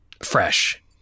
fresh